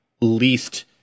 least